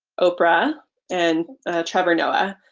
oprah and trevor noah.